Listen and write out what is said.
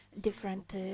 different